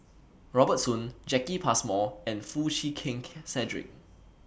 Robert Soon Jacki Passmore and Foo Chee Keng Key Cedric